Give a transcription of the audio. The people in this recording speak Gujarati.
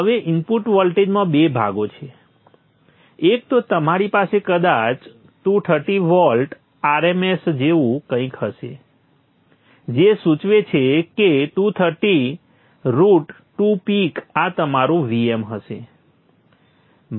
હવે ઇનપુટ વોલ્ટેજમાં બે ભાગો છે એક તો તમારી પાસે કદાચ 230 વોલ્ટ RMS જેવું કંઈક હશે જે સૂચવે છે કે 230 રુટ 2 પીક આ તમારું Vm હશે